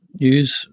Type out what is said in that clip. news